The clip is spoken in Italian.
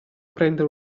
prendere